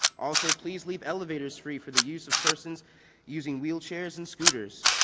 also, please leave elevators free for the use of persons using wheelchairs and scooters.